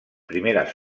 primeres